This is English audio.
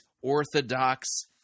orthodox